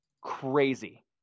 Crazy